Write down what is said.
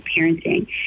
parenting